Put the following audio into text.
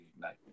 night